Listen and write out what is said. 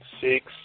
six